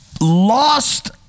lost